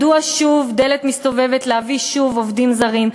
מדוע שוב בדלת מסתובבת להביא שוב עובדים זרים,